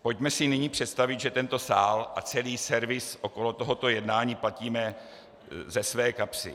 Pojďme si nyní představit, že tento sál a celý servis okolo tohoto jednání platíme ze své kapsy.